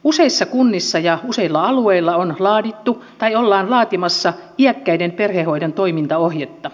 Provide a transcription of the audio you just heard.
useissa kunnissa ja useilla alueilla on laadittu tai ollaan laatimassa iäkkäiden perhehoidon toimintaohjetta